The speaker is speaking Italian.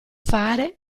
fare